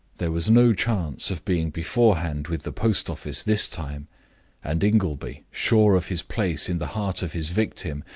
there was no chance of being beforehand with the post-office this time and ingleby, sure of his place in the heart of his victim,